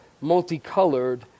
multicolored